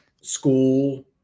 school